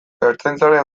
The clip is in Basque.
ertzaintzaren